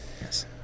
Yes